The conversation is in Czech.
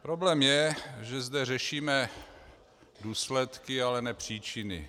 Problém je, že zde řešíme důsledky, ale ne příčiny.